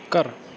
ਘਰ